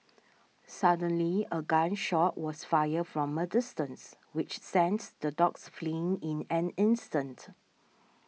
suddenly a gun shot was fired from a distance which sent the dogs fleeing in an instant